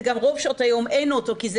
זה גם רוב שעות היום אין אוטו כי זה